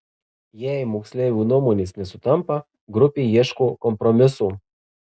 jei moksleivių nuomonės nesutampa grupė ieško kompromiso